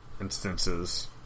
instances